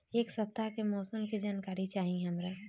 एक सपताह के मौसम के जनाकरी चाही हमरा